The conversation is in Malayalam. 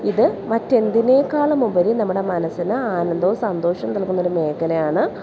ഇത് മറ്റെന്തിനേക്കാളും ഉപരി നമ്മുടെ മനസ്സിന് ആനന്ദവും സന്തോഷവും നൽകുന്ന ഒരു മേഖലയാണ്